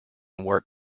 work